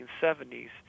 1970s